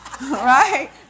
Right